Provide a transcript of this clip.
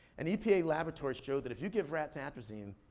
an epa laboratory showed that if you give rats atrazine,